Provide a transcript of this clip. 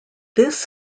this